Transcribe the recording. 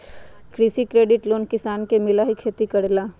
कृषि credit loan किसान के मिलहई खेती करेला?